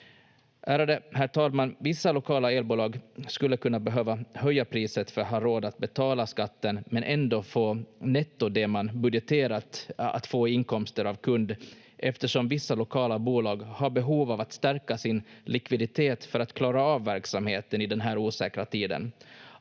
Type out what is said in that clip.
Ärade herr talman! Vissa lokala elbolag skulle kunna behöva höja priset för att ha råd att betala skatten men ändå få netto det som man budgeterat att få i inkomster av kunder, eftersom vissa lokala bolag har behov av att stärka sin likviditet för att klara av verksamheten i den här osäkra tiden.